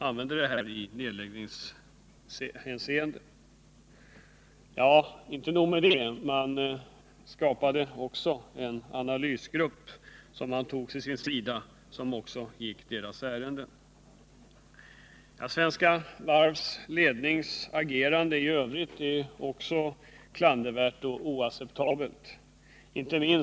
Inte nog med detta: Svenska Varv skapade en analysgrupp vid sin sida som gick ledningens ärenden. Svenska Varvs agerande i övrigt är också klandervärt och oacceptabelt.